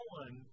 one